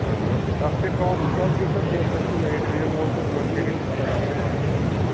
اَتھ کیٛاہ کاسٹ کیٛاہ حظ گژھِ یۅس یۅس یتھ یہِ نایِٹ وِجَن وول تہٕ ہُمَن کیٛاہ گژھِ الگ الگ کاسٹہٕ پٔر پیٖس